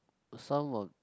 some of